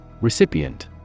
Recipient